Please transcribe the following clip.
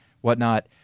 whatnot